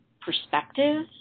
perspective